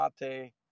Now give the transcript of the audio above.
Mate